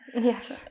Yes